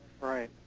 Right